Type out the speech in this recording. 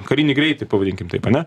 karinį greitį pavadinkim taip ane